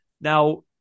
now